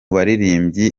baririmbyi